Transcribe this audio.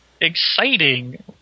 exciting